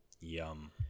Yum